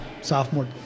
sophomore